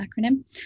acronym